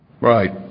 Right